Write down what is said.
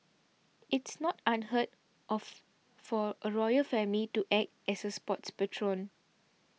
it's not unheard of for a royal family to act as a sports patron